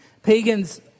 Pagans